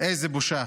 איזו בושה.